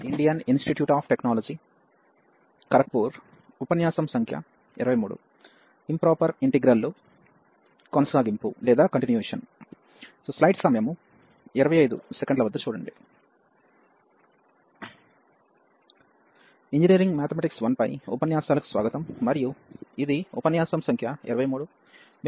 engineering mathematics 1 పై ఉపన్యాసాలకు స్వాగతం మరియు ఇది ఉపన్యాసం సంఖ్య 23